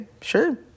sure